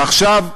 ועכשיו,